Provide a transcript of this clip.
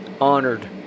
honored